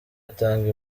atanga